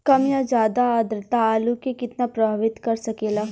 कम या ज्यादा आद्रता आलू के कितना प्रभावित कर सकेला?